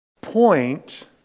point